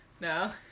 No